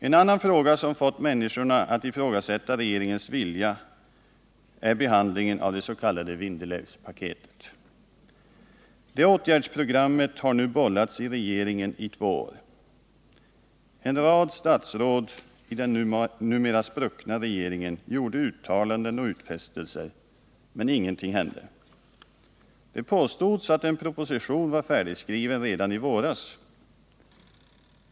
En annan fråga som har fått människorna att ifrågasätta regeringens vilja är behandlingen av det s.k. Vindelälvspaketet. Det åtgärdsprogrammet har nu bollats i regeringen i två år. En rad statsråd i den numera spruckna regeringen gjorde uttalanden och utfästelser, men ingenting hände. Det påstods att en proposition var färdigskriven redan i våras.